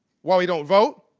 why we don't vote